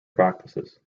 practices